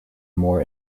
more